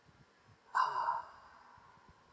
ah